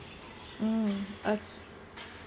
mm okay